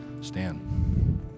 stan